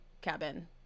cabin